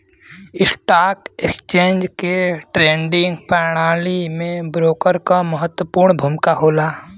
stock exchange के trading प्रणाली में ब्रोकर क महत्वपूर्ण भूमिका होला